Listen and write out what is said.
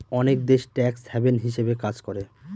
অনেক দেশ tax haven হিসাবে কাজ করে